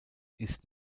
ist